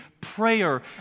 prayer